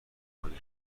کنی